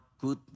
good